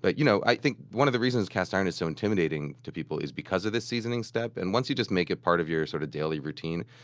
but you know i think one of the reasons cast iron is so intimidating to people is because of the seasoning step. and once you just make it part of your sort of daily routine,